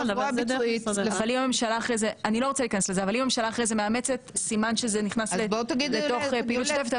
אבל אם הממשלה אחרי זה מאמצת סימן שזה נכנס לפעילות שוטפת.